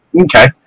Okay